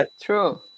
true